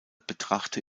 betrachte